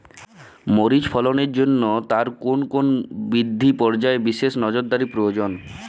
মরিচ ফলনের জন্য তার কোন কোন বৃদ্ধি পর্যায়ে বিশেষ নজরদারি প্রয়োজন?